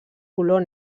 color